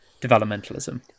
developmentalism